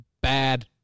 bad